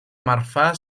marfà